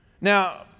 Now